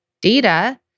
data